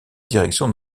direction